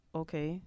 okay